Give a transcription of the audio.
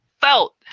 felt